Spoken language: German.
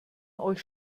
euch